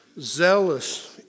zealous